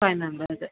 five members